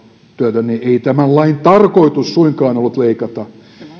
työtön ei tämän lain tarkoitus suinkaan ollut leikata